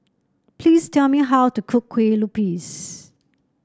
please tell me how to cook Kueh Lupis